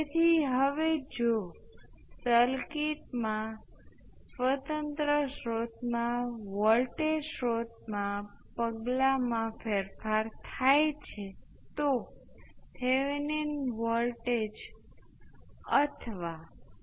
તેથી જેમ આપણે આ કિસ્સામાં કેપેસિટર સાથે સમાંતરમાં રહેલા અવરોધને અવગણ્યા તે જ રીતે આપણે અવરોધ અને શ્રેણી જોડેલ ઇન્ડક્ટર્સ અવગણી શકીએ છીએ